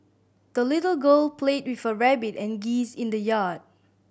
the little girl played with her rabbit and geese in the yard